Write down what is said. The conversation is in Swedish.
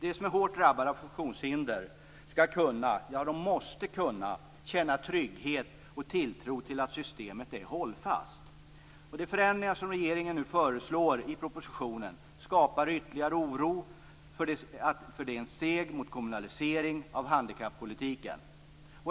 De som är hårt drabbade av funktionshinder skall - ja, de måste - kunna känna trygghet och tilltro till att systemet är hållfast. De förändringar som regeringen nu föreslår i propositionen skapar ytterligare oro, eftersom de är steg mot en kommunalisering av handikappolitiken.